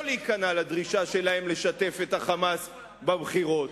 להיכנע לדרישה שלהם לשתף את ה"חמאס" בבחירות.